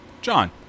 John